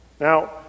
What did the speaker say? Now